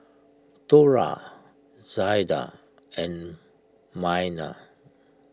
Thora Zaida and Myrna